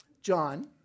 John